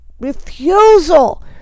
refusal